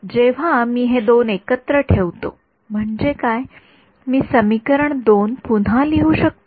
जेव्हा मी हे दोन एकत्र ठेवतो म्हणजे काय मी समीकरण २ पुन्हा लिहू शकतो